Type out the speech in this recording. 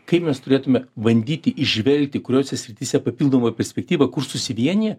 kai mes turėtume bandyti įžvelgti kuriose srityse papildomą perspektyvą kur susivieniję